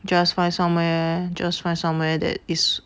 just find somewhere just find somewhere that is